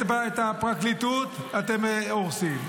את הפרקליטות אתם הורסים,